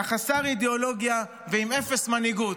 אתה חסר אידיאולוגיה ועם אפס מנהיגות.